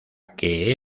que